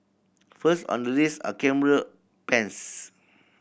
first on the list are camera pens